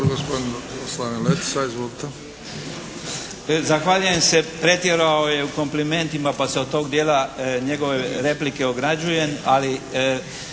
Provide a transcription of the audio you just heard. Zahvaljujem se. Pretjerao je u komplimentima pa se od tog dijela njegove replike ograđujem,